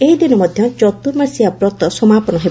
ଏହି ଦିନ ମଧ୍ଧ ଚତୁଃମାସିଆ ବ୍ରତ ସମାପନ ହେବ